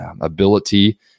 ability